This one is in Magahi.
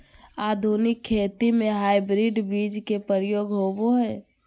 आधुनिक खेती में हाइब्रिड बीज के प्रयोग होबो हइ